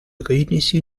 réunissent